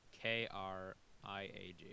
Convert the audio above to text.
K-R-I-A-G